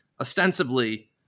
ostensibly